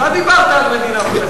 אתה דיברת על מדינה פלסטינית.